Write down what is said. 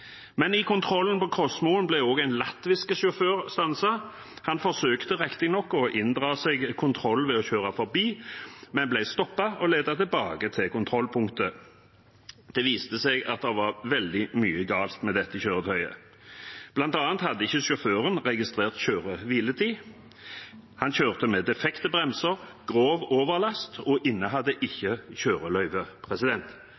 men han ble stoppet og ledet tilbake til kontrollpunktet. Det viste seg at det var veldig mye galt med det kjøretøyet. Blant annet hadde ikke sjåføren registrert kjøre- og hviletid. Han kjørte med defekte bremser, hadde grov overlast og